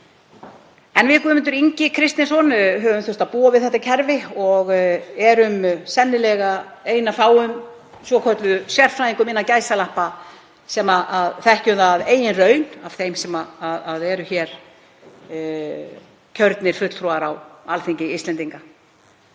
En við Guðmundur Ingi Kristinsson höfum þurft að búa við þetta kerfi og erum sennilega ein af fáum svokölluðum „sérfræðingum“ sem þekkjum það af eigin raun, af þeim sem eru kjörnir fulltrúar á Alþingi Íslendinga.